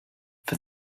for